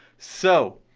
so,